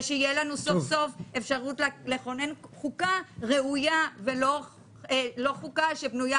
ושתהיה לנו סוף-סוף אפשרות לכונן חוקה ראויה ולא חוקה שבנויה